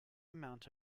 amount